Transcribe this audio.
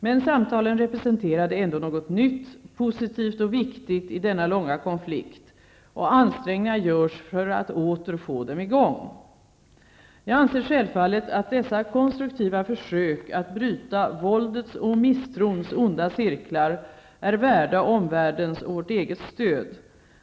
Men samtalen representerade ändå något nytt, positivt och viktigt i denna långa konflikt. Och ansträngningar görs för att åter få dem i gång. Jag anser självfallet att dessa konstruktiva försök att bryta våldets och misstrons onda cirklar är värda omvärldens och vårt eget stöd.